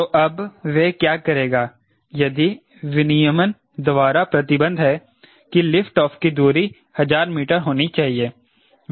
तो अब वह क्या करेगा यदि विनियमन द्वारा प्रतिबंध है कि लिफ्ट ऑफ की दूरी 1000 मीटर होनी चाहिए